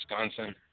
Wisconsin